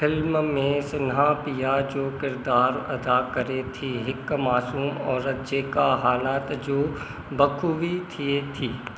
film में सिन्हा पिया जो किरदार अदा करे थी हिकु मासूम औरतु जेका हालाति जो बख बि थिए थी